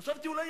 חלילה,